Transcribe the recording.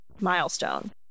milestone